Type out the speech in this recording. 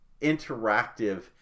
interactive